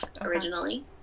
originally